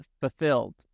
fulfilled